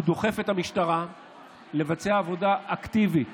הוא דוחף את המשטרה לבצע עבודה אקטיבית